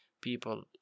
people